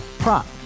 prop